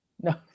No